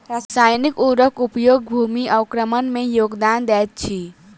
रासायनिक उर्वरक उपयोग भूमि अवक्रमण में योगदान दैत अछि